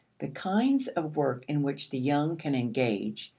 the kinds of work in which the young can engage,